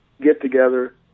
get-together